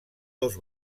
dos